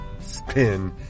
spin